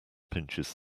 pinches